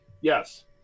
yes